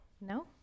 No